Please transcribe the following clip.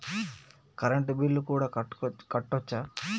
Current bill కూడా కట్టొచ్చా?